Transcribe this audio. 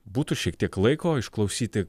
būtų šiek tiek laiko išklausyti